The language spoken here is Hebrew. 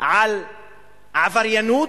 על עבריינות,